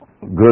good